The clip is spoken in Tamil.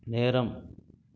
நேரம்